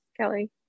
kelly